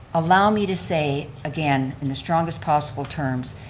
allow me to say again in the strongest possible terms,